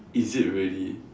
is it really